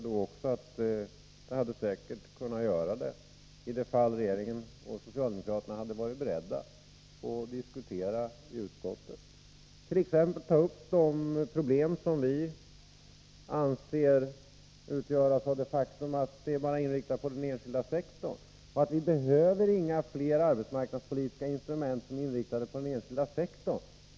Det hade säkert kunnat göra det i de fall regeringen och socialdemokraterna hade varit beredda att diskutera i utskottet, t.ex. det problem vi anser föreligga därför att åtgärderna är inriktade på den offentliga sektorn. Vi behöver inga fler arbetsmarknadspolitiska instrument som är inriktade på den sektorn.